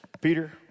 Peter